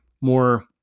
more